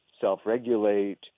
self-regulate